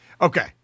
Okay